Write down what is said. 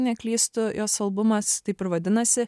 neklystu jos albumas taip ir vadinasi